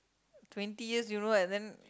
twenty year you know and then